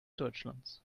deutschlands